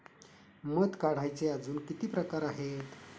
मध काढायचे अजून किती प्रकार आहेत?